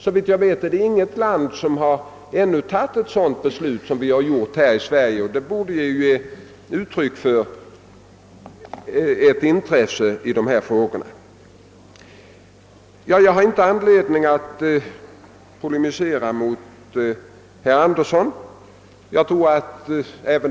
Såvitt jag vet har man inte i något annat land fattat ett sådant beslut som vi gjort här i Sverige, och detta ger väl uttryck för vårt intresse i dessa frågor. Jag har inte någon anledning att polemisera mot herr Andersson i Örebro.